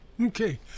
Okay